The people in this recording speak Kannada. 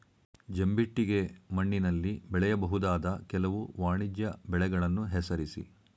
ಜಂಬಿಟ್ಟಿಗೆ ಮಣ್ಣಿನಲ್ಲಿ ಬೆಳೆಯಬಹುದಾದ ಕೆಲವು ವಾಣಿಜ್ಯ ಬೆಳೆಗಳನ್ನು ಹೆಸರಿಸಿ?